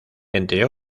entre